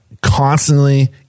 constantly